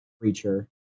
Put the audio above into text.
creature